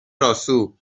راسو